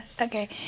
Okay